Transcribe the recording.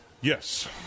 Yes